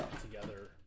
together